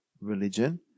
religion